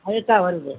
அதேதான் வருது